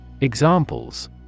Examples